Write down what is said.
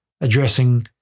addressing